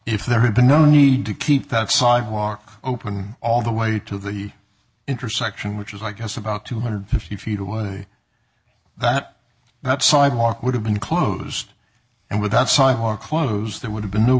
if there had been no need to keep that sidewalk open all the way to the intersection which is i guess about two hundred fifty feet away that that sidewalk would have been closed and with that sidewalk close there would have been no